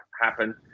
Happen